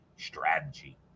Strategy